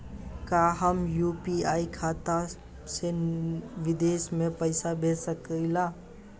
का हम यू.पी.आई खाता से विदेश म पईसा भेज सकिला?